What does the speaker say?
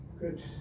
Good